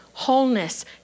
Wholeness